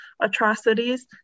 atrocities